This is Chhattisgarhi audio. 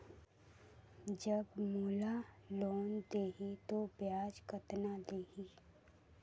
जब मोला लोन देही तो ब्याज कतना लेही?